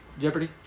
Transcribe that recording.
Jeopardy